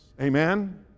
Amen